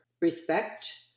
respect